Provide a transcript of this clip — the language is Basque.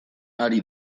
ari